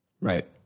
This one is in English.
Right